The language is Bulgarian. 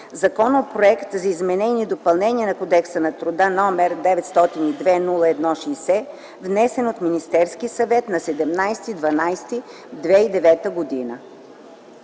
Законопроект за изменение и допълнение на Кодекса на труда, № 902-01-60, внесен от Министерския съвет на 17.12.2009 г.”